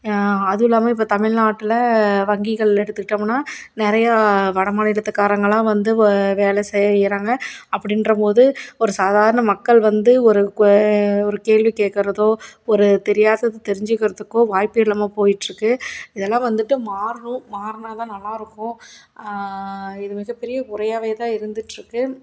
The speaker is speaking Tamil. அதுவும் இல்லாமல் இப்போ தமிழ்நாட்டுல வங்கிகள் எடுத்துக்கிட்டோம்னா நிறையா வடமாநிலத்துக்காரங்களாம் வந்து வே வேலை செய்யறாங்க அப்படின்றமோது ஒரு சாதாரண மக்கள் வந்து ஒரு கேள்வி கேட்கறதோ ஒரு தெரியாததை தெரிஞ்சுக்கிறத்துக்கோ வாய்ப்பே இல்லாமல் போயிட்டுருக்கு இதெல்லாம் வந்துவிட்டு மாறணும் மாறினாதான் நல்லா இருக்கும் இது மிகப்பெரிய குறையாகவே தான் இருந்துட்டுருக்கு